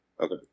Okay